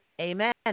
amen